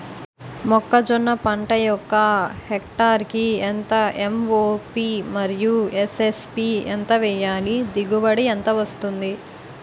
మొక్కజొన్న పంట ఒక హెక్టార్ కి ఎంత ఎం.ఓ.పి మరియు ఎస్.ఎస్.పి ఎంత వేయాలి? దిగుబడి ఎంత వస్తుంది?